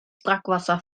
brackwasser